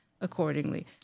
accordingly